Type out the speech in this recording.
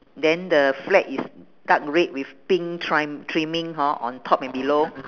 then the flag is dark red with pink trime trimming hor on top and below